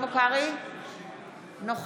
אינו